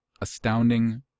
Astounding